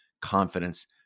confidence